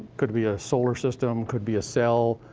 could be a solar system, could be a cell,